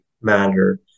matter